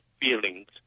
feelings